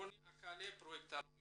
רוני אקלה הפרויקט הלאומי